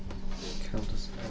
Countess